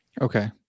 Okay